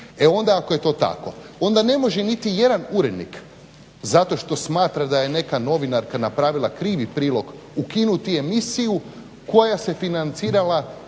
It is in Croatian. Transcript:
E onda ako je to tako onda ne može niti jedan urednik zato što smatra da je neka novinarka napravila krivi prilog ukinuti emisiju koja se financirala